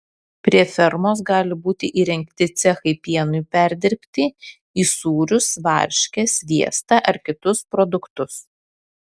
prie fermos gali būti įrengti cechai pienui perdirbti į sūrius varškę sviestą ar kitus produktus